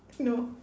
no